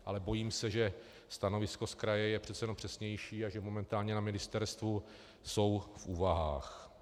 Ale bojím se, že stanovisko kraje je přece jen přesnější a že momentálně na ministerstvu jsou v úvahách.